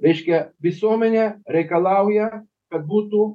reiškia visuomenė reikalauja kad būtų